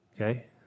okay